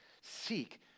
seek